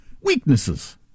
weaknesses